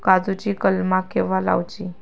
काजुची कलमा केव्हा लावची?